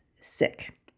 sick